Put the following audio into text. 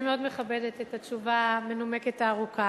אני מאוד מכבדת את התשובה המנומקת, הארוכה,